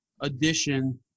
edition